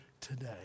today